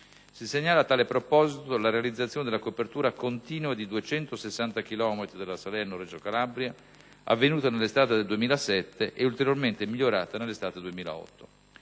Si segnala a tale proposito la realizzazione della copertura continua di 260 chilometri dell'autostrada Salerno-Reggio Calabria, avvenuta nell'estate 2007 e ulteriormente migliorata nell'estate 2008.